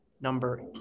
number